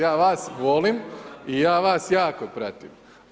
Ja vas volim i ja vas jako pratim.